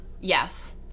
Yes